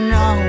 no